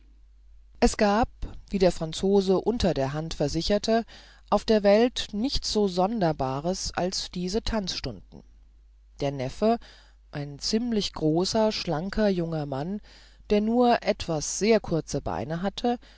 es gab wie der franzose unterderhand versicherte auf der welt nichts so sonderbares als diese tanzstunden der neffe ein ziemlich großer schlanker junger mann der nur etwas sehr kurze beine hatte